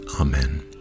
Amen